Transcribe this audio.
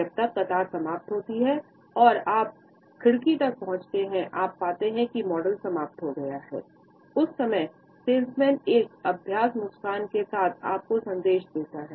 जब तक कतार समाप्त होती है और आप खिड़की तक पहुँचते हैं उस समय सेल्समैन एक अभ्यास मुस्कान के साथ आप को संदेश देता है